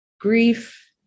grief